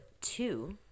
two